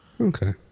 Okay